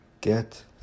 get